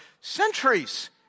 centuries